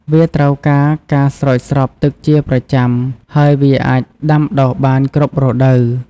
វាត្រូវការការស្រោចស្រពទឹកជាប្រចាំ ហើយវាអាចដាំដុះបានគ្រប់រដូវ។